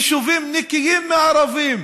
יישובים נקיים מערבים.